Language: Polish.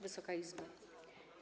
Wysoka Izbo!